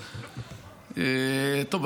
טוב,